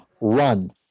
Run